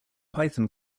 python